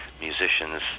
musicians